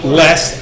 less